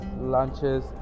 lunches